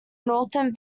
northern